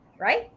right